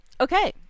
okay